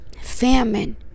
famine